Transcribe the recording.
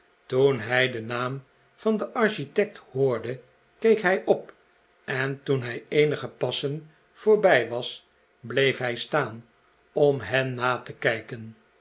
toen hij den naam van den architect hoorde keek hij op en toen hij eenige passen voorbij was bleef hij staan om hen na te kijken